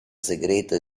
segreto